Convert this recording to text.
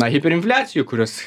hiperinfliacijų kurios